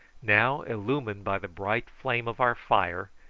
now illumined by the bright flame of our fire,